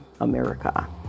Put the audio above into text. America